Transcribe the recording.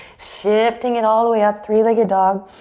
shifting it all the way up, three-legged dog.